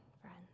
friends